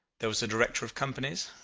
there was a director of companies,